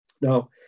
Now